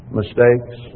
mistakes